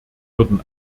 würden